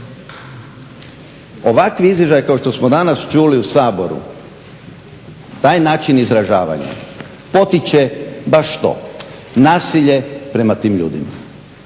Ovakav izražaj kao što smo danas čuli u Saboru, taj način izražavanja potiče baš to. Nasilje prema tim ljudima.